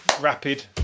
rapid